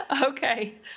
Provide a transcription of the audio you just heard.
Okay